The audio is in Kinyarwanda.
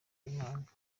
b’impanga